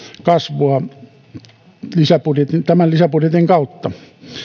kasvua tämän lisäbudjetin kautta